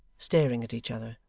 staring at each other.